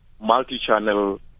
multi-channel